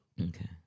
Okay